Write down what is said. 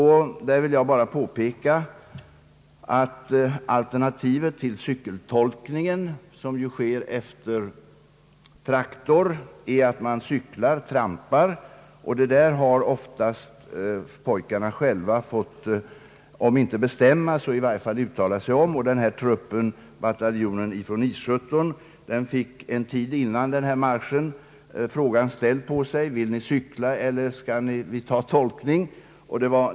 Här vill jag bara påpeka att alternativet till cykeltolkning, som sker efter traktor, är att cykla, dvs. trampa. Därvidlag har oftast pojkarna själva fått om inte bestämma så i varje fall uttala sig. Bataljonen från I 17 fick före denna marsch frågan ställd till sig: Vill ni cykla eller skall vi ta tolkning?